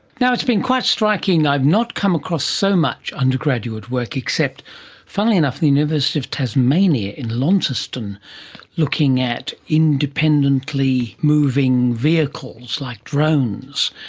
now, it's been quite striking, i've not come across so much undergraduate work except funnily enough the university of tasmania in launceston looking at independently moving vehicles like drones.